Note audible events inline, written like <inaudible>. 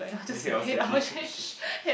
I mean head of city <laughs>